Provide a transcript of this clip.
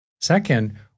Second